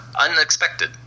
Unexpected